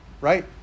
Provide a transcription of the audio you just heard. right